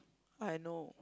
what I know